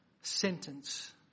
sentence